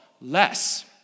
less